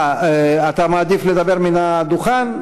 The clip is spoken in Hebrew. אין מתנגדים או נמנעים.